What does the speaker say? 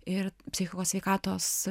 ir psichikos sveikatos